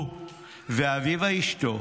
הוא ואביבה אשתו,